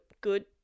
good